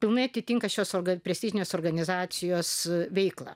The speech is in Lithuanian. pilnai atitinka šios orga prestižinės organizacijos veiklą